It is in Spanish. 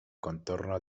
contorno